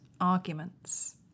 arguments